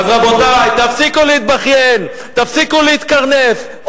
אז, רבותי, תפסיקו להתבכיין, תפסיקו להתקרנף.